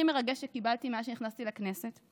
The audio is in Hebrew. הכי מרגש שקיבלתי מאז שנכנסתי לכנסת,